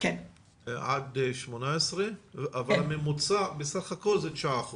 עד גיל 18. אבל הממוצע בסך הכל זה 9%,